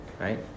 right